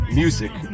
music